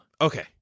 Okay